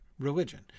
religion